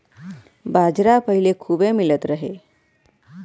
बाजरा पहिले खूबे मिलत रहे